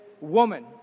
woman